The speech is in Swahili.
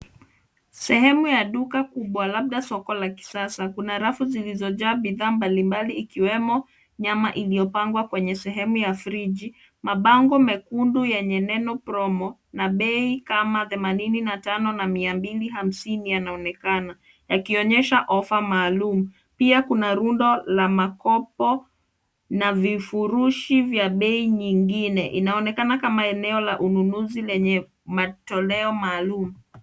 Sehemu ya duka kubwa labda soko la kisasa. Kuna rafu zilizojaa bidhaa mbalimbali ikiwemo nyama iliyopangwa kwenye sehemu ya friji. Mabango mekundu yenye neno promo na bei kama themanini na tano na mia mbili hamsini yanaonekana, yakionyesha ofa maalum. Pia kuna rundo la makopo na vifurushi vya bei nyingine. Inaonekana kama eneo la ununuzi lenye matoleo maalum.